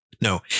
no